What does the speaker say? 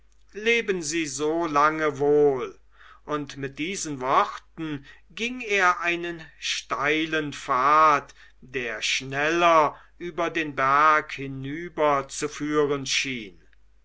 leben sie so lange wohl und mit diesen worten ging er einen steilen pfad der schneller über den berg hinüberzuführen schien